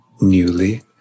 newly